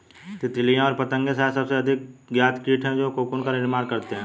तितलियाँ और पतंगे शायद सबसे अधिक ज्ञात कीट हैं जो कोकून का निर्माण करते हैं